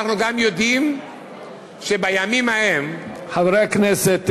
אנחנו גם יודעים שבימים ההם, חברי הכנסת,